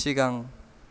सिगां